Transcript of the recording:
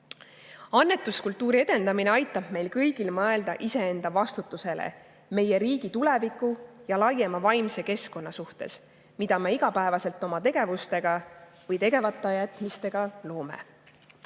Annetuskultuuri edendamine aitab meil kõigil mõelda iseenda vastutusele meie riigi tuleviku ja laiema vaimse keskkonna suhtes, mida me iga päev oma tegevuste või tegematajätmistega loome.